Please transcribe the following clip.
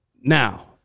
Now